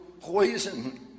poison